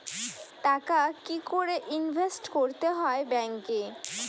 টাকা কি করে ইনভেস্ট করতে হয় ব্যাংক এ?